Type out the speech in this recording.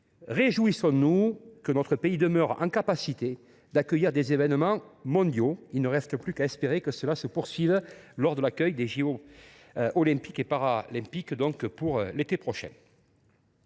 Réjouissons nous que notre pays demeure capable d’accueillir de tels événements mondiaux ! Il ne reste plus qu’à espérer que cela se poursuive ainsi lors des jeux Olympiques et Paralympiques l’été prochain.